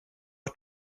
are